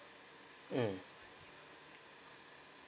um